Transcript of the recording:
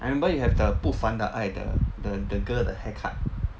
I remember you have the 不凡的爱 the the girl the haircut